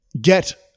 get